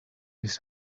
his